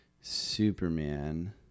Superman